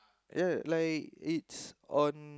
ya like it's on